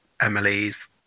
Emily's